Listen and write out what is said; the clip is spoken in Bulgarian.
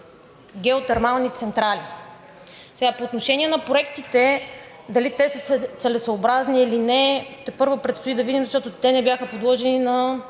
геотермални централи. По отношение на проектите, дали те са целесъобразни или не, тепърва предстои да видим, защото те не бяха подложени на